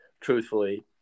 truthfully